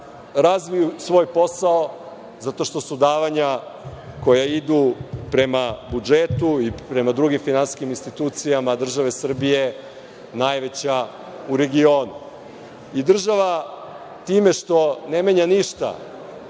razviju svoj posao zato što su davanja koja idu prema budžetu i prema drugim finansijskim institucijama države Srbije najveća u regionu. Država time što ne menja ništa